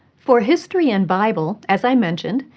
for history and bible, as i mentioned,